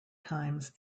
times